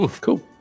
Cool